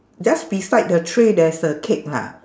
just beside the tray there's a cake lah